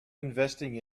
investing